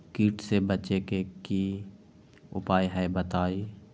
कीट से बचे के की उपाय हैं बताई?